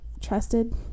trusted